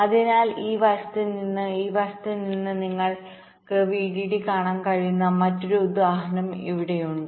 അതിനാൽ ഈ വശത്ത് നിന്ന് ഈ വശത്ത് നിന്ന് നിലത്ത് നിങ്ങൾക്ക് VDD കാണാൻ കഴിയുന്ന മറ്റൊരു ഉദാഹരണം ഇവിടെയുണ്ട്